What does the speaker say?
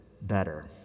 better